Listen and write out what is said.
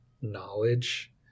knowledge